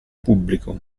pubblico